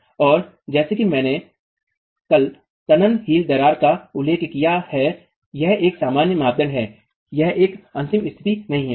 और जैसा कि मैंने कल तनन हील दरार का उल्लेख किया है यह एक सामान्यता मानदंड है यह एक अंतिम स्थिति नहीं है